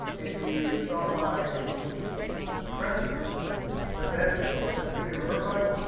if you saw my press event for the city of irvine,